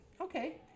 Okay